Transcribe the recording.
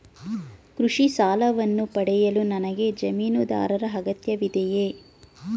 ಕೃಷಿ ಸಾಲವನ್ನು ಪಡೆಯಲು ನನಗೆ ಜಮೀನುದಾರರ ಅಗತ್ಯವಿದೆಯೇ?